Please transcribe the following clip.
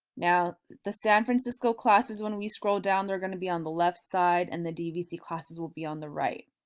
now, the san francisco class is when we scroll down they're going to be on the left side and the dvc classes will be on the right.